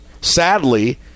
sadly